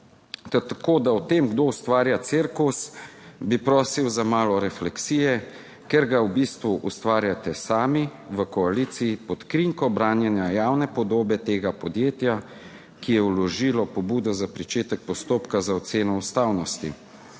Tako, da o tem, kdo ustvarja cirkus, bi prosil za malo refleksije, ker ga v bistvu ustvarjate sami, v koaliciji, pod krinko branjenja javne podobe tega podjetja, ki je vložilo pobudo za pričetek postopka za oceno ustavnosti.